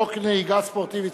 הנהיגה הספורטיבית